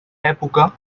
època